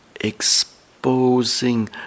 exposing